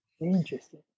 Interesting